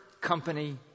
company